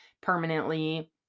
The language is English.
permanently